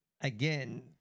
again